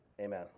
Amen